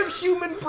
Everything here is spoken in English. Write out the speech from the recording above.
human